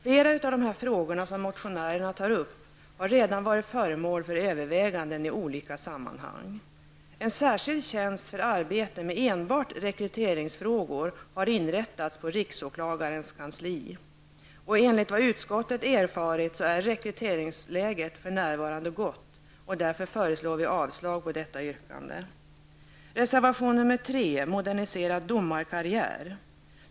Flera av de frågor som motionärerna tar upp har redan varit föremål för överväganden i olika sammanhang. En särskild tjänst för arbete med enbart rekryteringsfrågor har inrättats på riksåklagarens kansli. Enligt vad utskottet har erfarit är rekryteringsläget för närvarande gott. Vi föreslår därför avslag på detta yrkande. Reservation nr 3 behandlar en moderniserad domarkarriär.